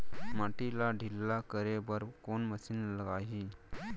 माटी ला ढिल्ला करे बर कोन मशीन लागही?